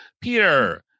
Peter